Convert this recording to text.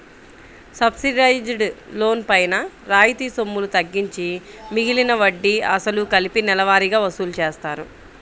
subsidised loan పైన రాయితీ సొమ్ములు తగ్గించి మిగిలిన వడ్డీ, అసలు కలిపి నెలవారీగా వసూలు చేస్తారు